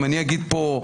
אם אני אגיד פה,